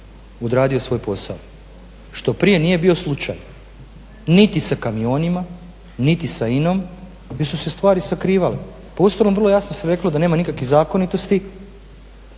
odradio svoj posao što prije nije bio slučaj niti sa Kamionima niti sa INA-om jer su se stvari sakrivale. Pa uostalom vrlo jasno se reko da nema nikakvih zakonitosti